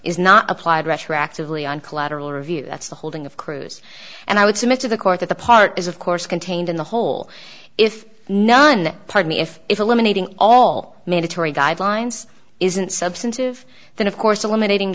is not applied retroactively on collateral review that's the holding of cruz and i would submit to the court that the part is of course contained in the whole if none part me if it eliminating all mandatory guidelines isn't substantive then of course eliminating